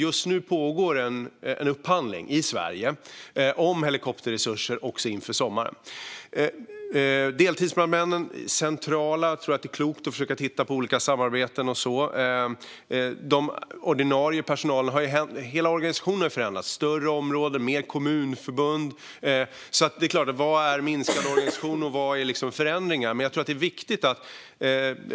Just nu pågår en upphandling i Sverige gällande helikopterresurser inför sommaren. Deltidsbrandmännen är centrala. Jag tror att det är klokt att titta på olika samarbeten. Hela organisationen har förändrats - större områden, fler kommunförbund - så man kan såklart fråga sig vad som är minskad organisation och vad som är förändringar.